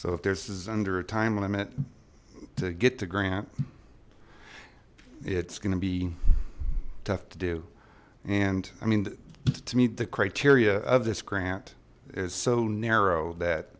so if this is under a time limit to get to grant it's gonna be tough to do and i mean to meet the criteria of this grant is so narrow that